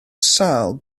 sâl